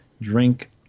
drink